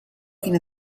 fine